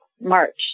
March